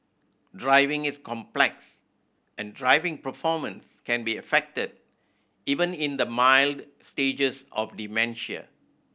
driving is complex and driving performance can be affected even in the mild stages of dementia